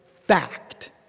fact